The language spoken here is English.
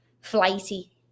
flighty